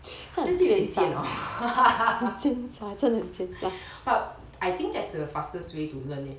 真的是有一点贱 hor but I think that's the fastest way to learn it